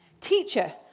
Teacher